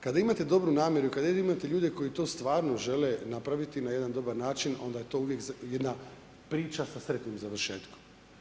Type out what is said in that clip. Kada imate dobru namjeru i kada imate ljude koji to stvarno žele napraviti na jedan dobar način, onda je to uvijek jedna priča sa sretnim završetkom.